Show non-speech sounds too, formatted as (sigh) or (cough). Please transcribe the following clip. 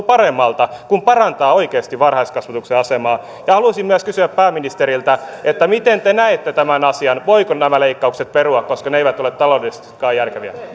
(unintelligible) paremmalta kun parantaa oikeasti varhaiskasvatuksen asemaa ja haluaisin myös kysyä pääministeriltä miten te näette tämän asian voiko nämä leikkaukset perua koska ne eivät ole taloudellisestikaan järkeviä